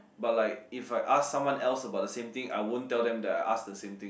but like if I ask someone else about the same thing I won't tell them that I ask the same thing